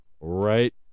right